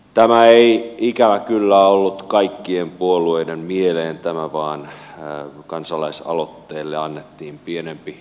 tämä ei ikävä kyllä ollut kaikkien puolueiden mieleen vaan kansalaisaloitteille annettiin pienempi arvo